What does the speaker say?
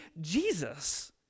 Jesus